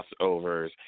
crossovers